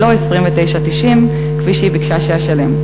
ולא 29.90 כפי שהיא ביקשה שאשלם,